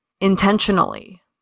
intentionally